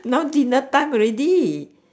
now dinner time already